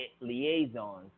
liaisons